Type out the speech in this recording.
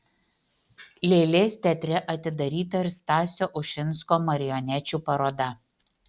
lėlės teatre atidaryta ir stasio ušinsko marionečių paroda